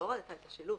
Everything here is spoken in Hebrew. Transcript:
לא הורדת את השילוט.